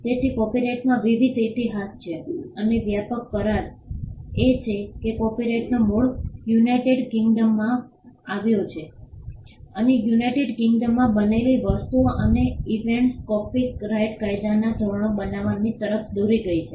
તેથી કોપિરાઇટમાં વિવિધ ઇતિહાસ છે અને વ્યાપક કરાર એ છે કે કોપિરાઇટનો મૂળ યુનાઇટેડ કિંગડમમાંથી આવ્યો હતો અને યુનાઇટેડ કિંગડમમાં બનેલી વસ્તુઓ અને ઇવેન્ટ્સ કોપિરાઇટ કાયદાના ધોરણો બનાવવાની તરફ દોરી ગઈ હતી